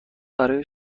برای